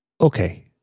Okay